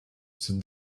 said